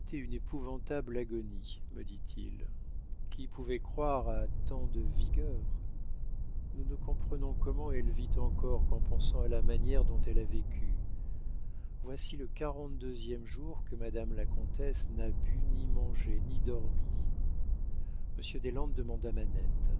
une épouvantable agonie me dit-il qui pouvait croire à tant de vigueur nous ne comprenons comment elle vit encore qu'en pensant à la manière dont elle a vécu voici le quarante deuxième jour que madame la comtesse n'a bu ni mangé ni dormi monsieur deslandes demanda